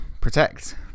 protect